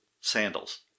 sandals